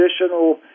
additional